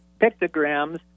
pictograms